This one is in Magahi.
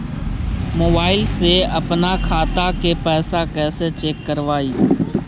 मोबाईल से अपन खाता के पैसा कैसे चेक करबई?